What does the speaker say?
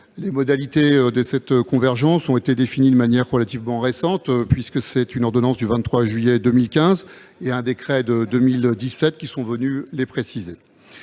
Les modalités de cette convergence ont été définies de manière relativement récente, puisqu'une ordonnance du 23 juillet 2015 et un décret de 2017 sont venus les préciser.